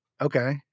Okay